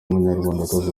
w’umunyarwandakazi